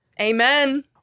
Amen